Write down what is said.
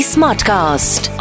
Smartcast